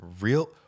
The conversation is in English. real